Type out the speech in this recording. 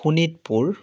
Sonitpur